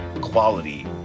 quality